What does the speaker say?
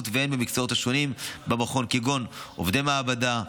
והן במקצועות השונים במכון כגון עובדי מעבדה,